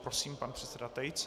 Prosím, pan předseda Tejc.